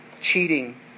cheating